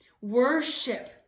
worship